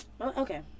Okay